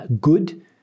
good